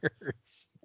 years